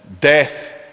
death